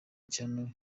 channel